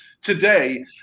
today